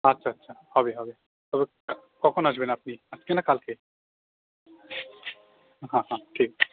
আচ্ছা আচ্ছা হবে হবে তবে কখন আসবেন আপনি আজকে না কালকে হ্যাঁ হ্যাঁ ঠিক আছে